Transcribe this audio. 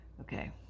Okay